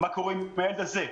מה קורה עם הילד הזה?